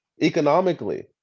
economically